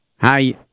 Hi